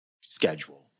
schedule